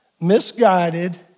misguided